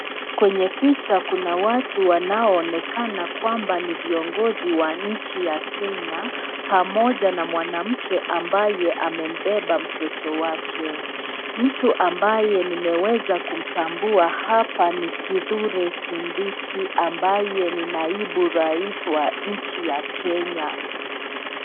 Kwenye picha kuna watu wanaonekana kwamba ni viongozi wa nchi ya Kenya, pamoja na mwanamke ambaye amembeba mtoto wake. Mtu ambaye ameweza kumtambua hapa ni Kithuru Kindiki, ambaye ni naibu rais wa nchi ya Kenya.